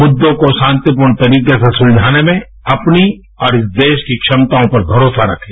मुद्दों को शांतिपूर्ण तरीके से सुलझाने में अपनी और इस देश की क्षमताओं पर भरोसा रखे